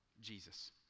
Jesus